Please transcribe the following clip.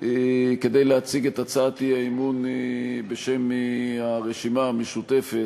כדי להציג את הצעת האי-אמון בשם הרשימה המשותפת.